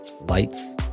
Lights